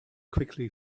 quickly